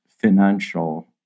financial